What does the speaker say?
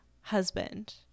husband